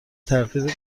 تغییر